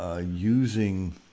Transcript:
using